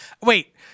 Wait